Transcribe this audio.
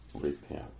repent